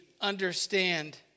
understand